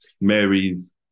Mary's